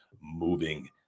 moving